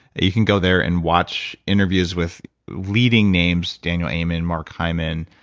you can go there and watch interviews with leading names, daniel amen, mark hyman,